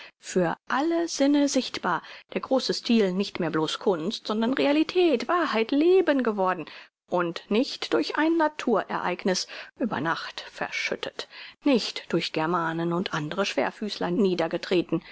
für alle sinne sichtbar der große stil nicht mehr bloß kunst sondern realität wahrheit leben geworden und nicht durch ein natur ereigniß über nacht verschüttet nicht durch germanen und andre schwerfüßler